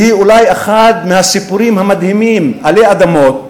שהיא אולי אחד מהסיפורים המדהימים עלי אדמות,